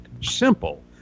simple